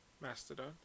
Mastodon